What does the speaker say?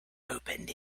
opened